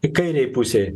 kairei pusei